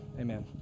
amen